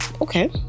Okay